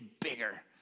bigger